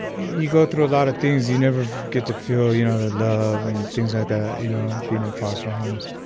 you go through a lot of things. you never get to feel, you know, the love and things that, you know, being in foster homes.